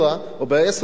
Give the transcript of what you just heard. או ב-10 לירות,